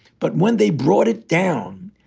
but. when they brought it down,